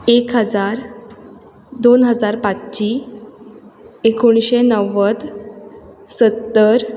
एक हजार दोन हजार पांचशी एकोणिशे नव्वद सत्तर